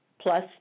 plus